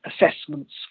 assessments